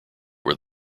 were